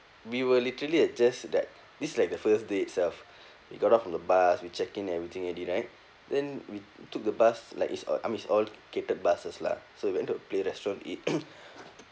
we were literally at just that this like the first day itself we got off from the bus we check in everything already right then we took the bus like is uh I mean is all catered buses lah so we went to a restaurant eat